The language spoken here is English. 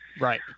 Right